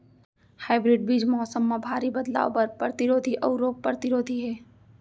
hybrid बीज मौसम मा भारी बदलाव बर परतिरोधी अऊ रोग परतिरोधी हे